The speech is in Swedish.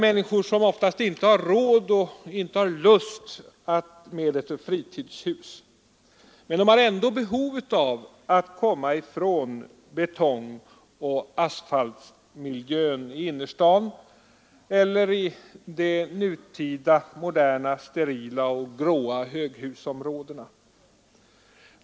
De har ofta inte råd eller lust med ett fritidshus. Men de har ändå behov av att komma ifrån betongoch asfaltmiljön i innerstaden eller i de nutida moderna, sterila och gråa höghusområdena.